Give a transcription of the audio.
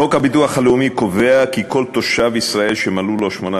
חוק הביטוח הלאומי קובע כי כל תושב ישראל שמלאו לו 18